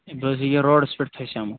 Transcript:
بہٕ حظ ییٚکے روڈس پٮ۪ٹھ پھسیومُت